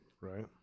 Right